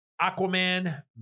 Aquaman